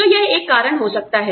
तो यह एक कारण हो सकता है